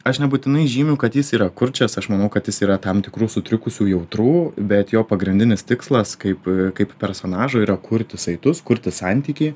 aš nebūtinai žymiu kad jis yra kurčias aš manau kad jis yra tam tikrų sutrikusių jautrų bet jo pagrindinis tikslas kaip kaip personažo yra kurti saitus kurti santykį